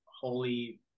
Holy